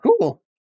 cool